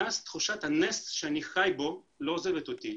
מאז תחושת הנס שאני חי בה לא עוזבת אותי.